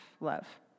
love